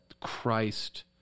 Christ